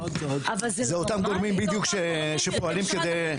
זה אותם גורמים בדיוק שפועלים כדי לחסל את הענף הזה בישראל.